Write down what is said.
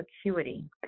acuity